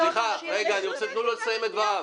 רגע, תנו לו לסיים את דבריו.